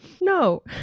No